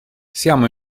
siamo